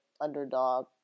underdog